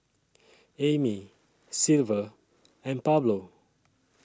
Amey Silver and Pablo